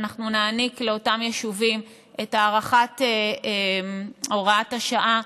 ואנחנו נעניק לאותם יישובים את הארכת הוראת השעה,